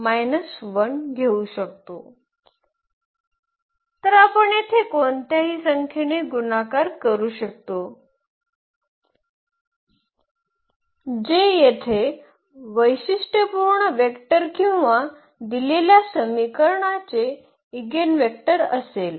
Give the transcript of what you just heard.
तर आपण येथे कोणत्याही संख्येने गुणाकार करू शकतो जे येथे वैशिष्ट्यपूर्ण वेक्टर किंवा दिलेल्या समीकरणाचे ईगेनवेक्टर असेल